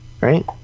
right